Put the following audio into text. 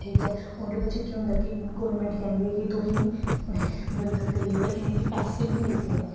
ठीक ऐ ओह्दे बिच्च केह् होंदा ऐ कि गौरमैंट कैंह्दी ऐ कि तुसें गी बंदा गरीब ऐ इ'नें गी पैसे बी मिलदे ऐ